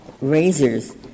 razors